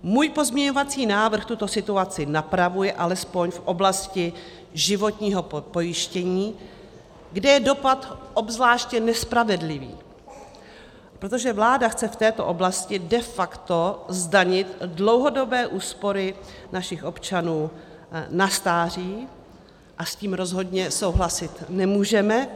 Můj pozměňovací návrh tuto situaci napravuje alespoň v oblasti životního pojištění, kde je dopad obzvláště nespravedlivý, protože vláda chce v této oblasti de facto zdanit dlouhodobé úspory našich občanů na stáří a s tím rozhodně souhlasit nemůžeme.